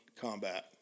combat